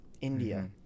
India